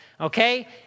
okay